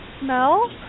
smell